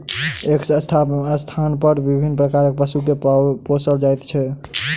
एक स्थानपर विभिन्न प्रकारक पशु के पोसल जाइत छै